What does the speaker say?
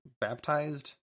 baptized